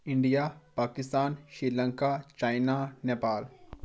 India Pakistan Sri Lanka China Nepal